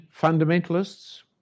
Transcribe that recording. fundamentalists